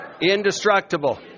indestructible